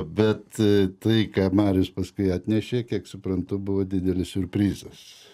bet tai ką marius paskui atnešė kiek suprantu buvo didelis siurprizas